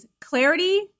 clarity